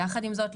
יחד עם זאת,